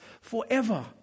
forever